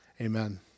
Amen